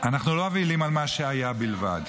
אנחנו לא אבלים על מה שהיה בלבד.